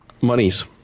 Monies